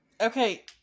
Okay